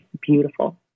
beautiful